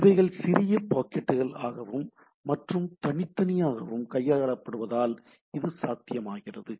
இவைகள் சிறிய பாக்கெட்டுகள் ஆகவும் மற்றும் தனித்தனியாகவும் கையாளப்படுவதால் இது சாத்தியமாகிறது